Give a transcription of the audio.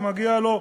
ומגיע לו,